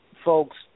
Folks